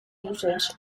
usage